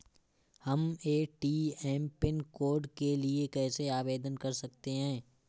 हम ATM pin code के लिए कैसे आवेदन कर सकते हैं?